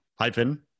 hyphen